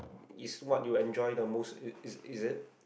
is what you enjoyed the most is is it